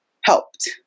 helped